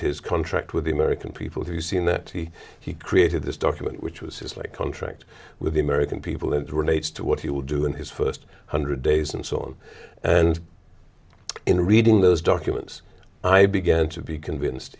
his contract with the american people to see that he he created this document which was just like contract with the american people and relates to what he would do in his first hundred days and so on and in reading those documents i began to be convinced